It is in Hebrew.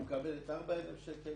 היא מקבלת 4,000 שקל.